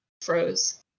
froze